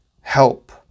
help